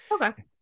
okay